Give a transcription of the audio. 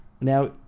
Now